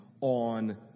on